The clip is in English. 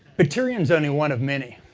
ah tyrion is only one of many.